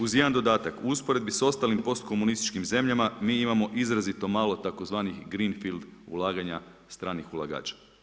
Uz jedan dodatak u usporedbi sa ostalim postkomunističkim zemljama mi imamo izrazito malo tzv. green field ulaganja stranih ulagača.